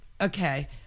Okay